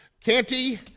Canty